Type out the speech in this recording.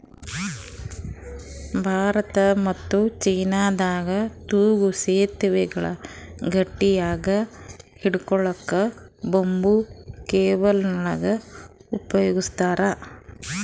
ಭಾರತ ಮತ್ತ್ ಚೀನಾದಾಗ್ ತೂಗೂ ಸೆತುವೆಗಳ್ ಗಟ್ಟಿಯಾಗ್ ಹಿಡ್ಕೊಳಕ್ಕ್ ಬಂಬೂ ಕೇಬಲ್ಗೊಳ್ ಉಪಯೋಗಸ್ತಾರ್